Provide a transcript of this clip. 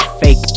fake